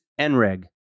NREG